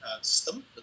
system